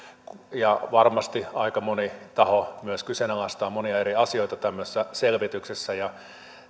ja varmasti aika moni taho myös kyseenalaistaa monia eri asioita tämmöisessä selvityksessä